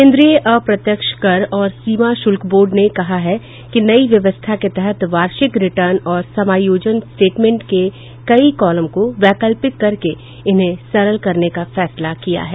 केन्द्रीय अप्रत्यक्ष कर और सीमा शुल्क बोर्ड ने कहा कि नई व्यवस्था के तहत वार्षिक रिटर्न और समायोजन स्टेटमेंट के कई कॉलम को वैकल्पिक करके इन्हें सरल करने का फैसला किया है